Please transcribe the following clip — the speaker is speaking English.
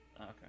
Okay